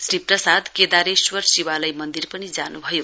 श्री प्रसाद केदारेश्वर शिवालय मन्दिर पनि जान्भयो